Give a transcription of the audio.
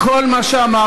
עם כל מה שאמרתי,